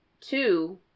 two